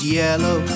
yellow